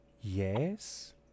Yes